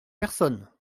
personne